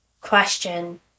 question